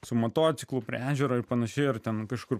su motociklu prie ežero ir pan ar ten kažkur